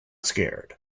scared